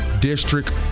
District